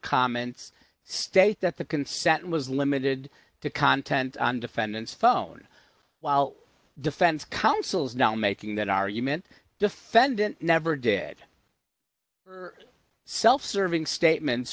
comments state that the consent was limited to content on defendant's phone while defense counsel is now making that argument defendant never did self serving statements